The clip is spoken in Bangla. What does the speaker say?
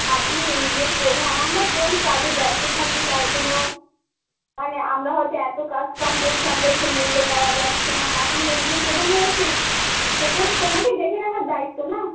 আপনি এনজিওর প্রধান আমরা কোন কাজে ব্যস্ত থাকি তার কোনো মানে আমরা হয়তো এত কাজ কাম করছি আমাদের সেই মূল্য পাওয়া যাচ্ছে না আপনি এনজিওর প্রধান হয়ে সে এগুলো তো তোমাকে দেখে রাখার দায়িত্ব না